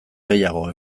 gehiago